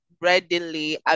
readily